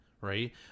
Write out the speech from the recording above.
right